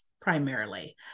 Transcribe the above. primarily